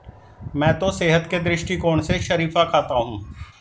मैं तो सेहत के दृष्टिकोण से शरीफा खाता हूं